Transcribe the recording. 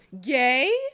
Gay